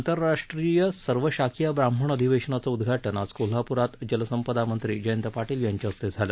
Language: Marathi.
आंतरराष्ट्रीय सर्व शाखीय ब्राम्हण अधिवेशनाचं उद्धाटन आज कोल्हाप्रात जलसंपदा मंत्री जयंत पाटील यांच्याहस्ते झालं